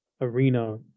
arena